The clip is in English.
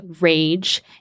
rage